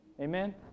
amen